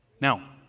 Now